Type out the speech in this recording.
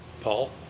Paul